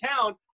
town